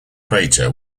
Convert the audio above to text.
crater